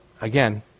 again